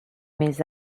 mes